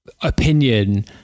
opinion